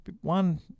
one